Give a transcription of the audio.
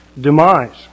demise